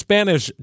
Spanish